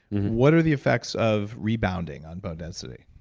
what are the affects of rebounding on bone density?